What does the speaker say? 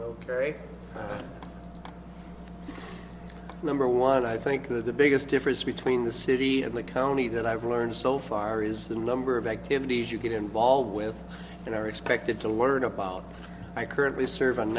very number one i think that the biggest difference between the city and the county that i've learned so far is the number of activities you get involved with and are expected to learn about i currently serv